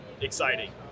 exciting